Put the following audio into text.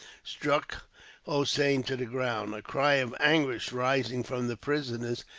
struck hossein to the ground a cry of anguish rising from the prisoners,